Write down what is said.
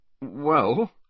Well